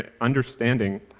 understanding